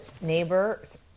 neighbors